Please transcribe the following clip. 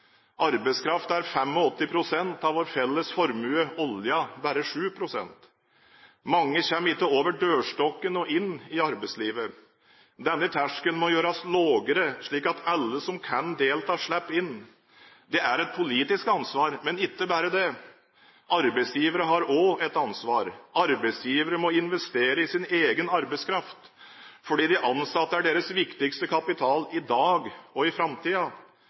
Arbeidskraft er 85 pst. av vår felles formue; oljen bare 7 pst. Mange kommer ikke over dørstokken og inn i arbeidslivet. Denne terskelen må gjøres lavere slik at alle som kan delta, slipper inn. Det er et politisk ansvar, men ikke bare det. Arbeidsgivere har også et ansvar. Arbeidsgivere må investere i sin egen arbeidskraft, fordi de ansatte er deres viktigste kapital – i dag og i